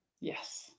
Yes